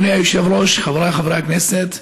אדוני היושב-ראש, חבריי חברי הכנסת,